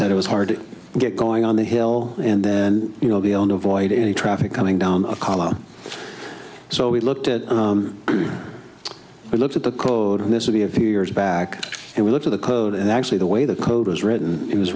that it was hard to get going on the hill and then you know beyond a void any traffic coming down a column so we looked at we looked at the code and this would be a few years back and we looked at the code and actually the way the code was written it was